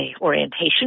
orientation